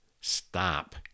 Stop